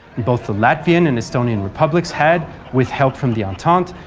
both the latvian and estonian republics had, with help from the entente,